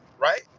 Right